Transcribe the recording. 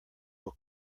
will